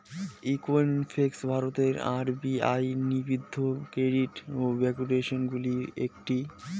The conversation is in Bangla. ঈকুইফ্যাক্স হল ভারতের আর.বি.আই নিবন্ধিত ক্রেডিট ব্যুরোগুলির মধ্যে একটি